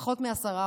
פחות מ-10%.